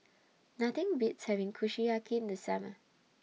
Nothing Beats having Kushiyaki in The Summer